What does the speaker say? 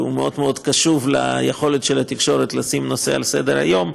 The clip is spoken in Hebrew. שהוא מאוד מאוד קשוב ליכולת של התקשורת לשים נושא על סדר-היום.